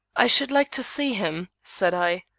i should like to see him, said i.